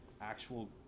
actual